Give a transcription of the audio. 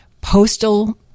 postal